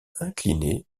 incliné